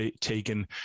taken